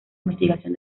investigación